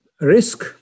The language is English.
risk